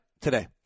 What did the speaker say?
today